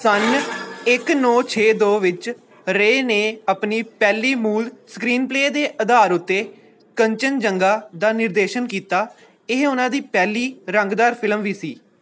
ਸੰਨ ਇੱਕ ਨੌ ਦੋ ਛੇ ਵਿੱਚ ਰੇਅ ਨੇ ਆਪਣੀ ਪਹਿਲੀ ਮੂਲ ਸਕ੍ਰੀਨ ਪਲੇਅ ਦੇ ਅਧਾਰ ਉੱਤੇ ਕੰਚਨਜੰਗਾ ਦਾ ਨਿਰਦੇਸ਼ਨ ਕੀਤਾ ਇਹ ਉਨ੍ਹਾਂ ਦੀ ਪਹਿਲੀ ਰੰਗਦਾਰ ਫਿਲਮ ਵੀ ਸੀ